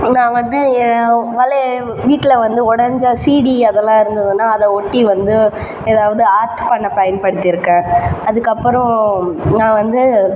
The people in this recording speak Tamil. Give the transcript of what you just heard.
நான் வந்து வளையல் வீட்டில் வந்து உடஞ்ச சீடி அதெல்லாம் இருந்ததுன்னால் அதை ஒட்டி வந்து ஏதாவது ஆர்ட் பண்ண பயன்படுத்தியிருக்கேன் அதுக்கப்புறம் நான் வந்து